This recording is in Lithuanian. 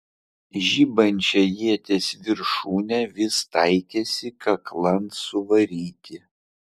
žibančią ieties viršūnę vis taikėsi kaklan suvaryti